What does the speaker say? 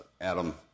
Adam